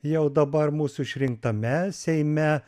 jau dabar mūsų išrinktame seime